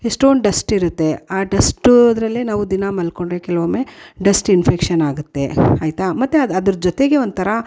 ಎಷ್ಟೋಂದು ಡಸ್ಟ್ ಇರುತ್ತೆ ಆ ಡಸ್ಟು ಅದರಲ್ಲೇ ನಾವು ದಿನಾ ಮಲ್ಕೊಂಡರೆ ಕೆಲವೊಮ್ಮೆ ಡಸ್ಟ್ ಇನ್ಫೆಕ್ಷನ್ ಆಗುತ್ತೆ ಆಯಿತಾ ಮತ್ತು ಅದು ಅದರ ಜೊತೆಗೆ ಒಂಥರಾ